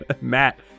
Matt